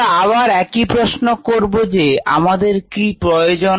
আমরা আবার একই প্রশ্ন করব যে আমাদের কি প্রয়োজন